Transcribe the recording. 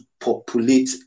populate